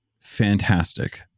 fantastic